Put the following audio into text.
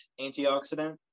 antioxidant